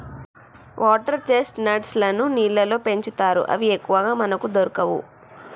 water chestnuts లను నీళ్లల్లో పెంచుతారు అవి ఎక్కువగా మనకు దొరకవు